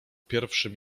pierwszym